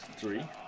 three